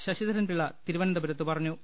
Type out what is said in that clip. ശശിധ രൻപിള്ള തിരുവനന്തപുരത്ത് പറഞ്ഞു